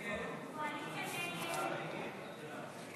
ההסתייגות (9)